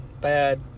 Bad